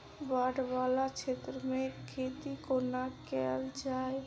बाढ़ वला क्षेत्र मे खेती कोना कैल जाय?